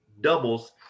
doubles